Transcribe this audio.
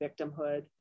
victimhood